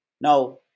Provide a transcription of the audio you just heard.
now